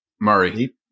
Murray